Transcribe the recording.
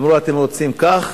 אמרו: אתם רוצים כך?